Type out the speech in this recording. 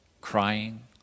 crying